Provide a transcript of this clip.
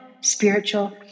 spiritual